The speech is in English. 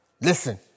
listen